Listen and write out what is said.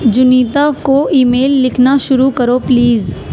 Juanita کو email لکھنا شروع کرو پلیز